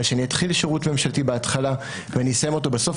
אלא שאני אתחיל שירות ממשלתי בהתחלה ואני אסיים אותו בסוף